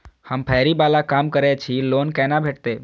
हम फैरी बाला काम करै छी लोन कैना भेटते?